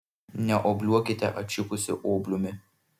neobliuokite atšipusiu obliumi